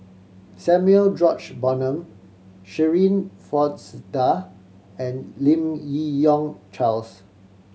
Samuel George Bonham Shirin Fozdar and Lim Yi Yong Charles